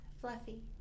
fluffy